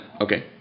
Okay